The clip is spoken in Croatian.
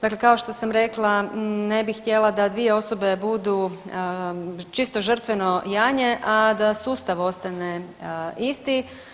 Dakle, kao što sam rekla ne bih htjela da dvije osobe budu čisto žrtveno janje, a da sustav ostane isti.